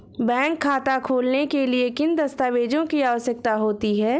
Bank खाता खोलने के लिए किन दस्तावेजों की आवश्यकता होती है?